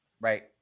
Right